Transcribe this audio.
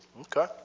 Okay